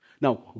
Now